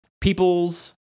people's